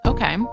Okay